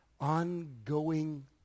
ongoing